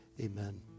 amen